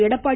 Edappadi